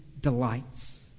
delights